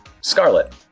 Scarlet